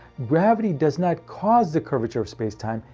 gravity does not cause the curvature of space time,